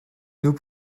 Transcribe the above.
nous